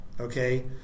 okay